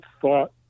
thought